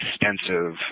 extensive